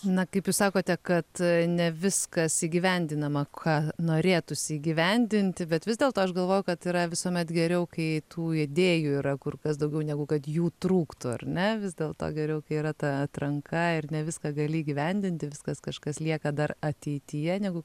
na kaip jūs sakote kad ne viskas įgyvendinama ką norėtųsi įgyvendinti bet vis dėlto aš galvoju kad yra visuomet geriau kai tų idėjų yra kur kas daugiau negu kad jų trūktų ar ne vis dėlto geriau kai yra ta atranka ir ne viską gali įgyvendinti viskas kažkas lieka dar ateityje negu